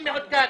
הוא מעודכן.